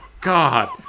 God